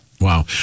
Wow